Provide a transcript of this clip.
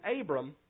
Abram